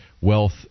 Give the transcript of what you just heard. wealth